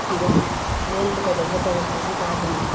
ꯐꯤꯔꯣꯟ ꯂꯣꯟꯕ ꯀꯩꯗꯧꯕ ꯇꯧꯔꯛꯄꯁꯤꯗ ꯑꯗꯨꯝ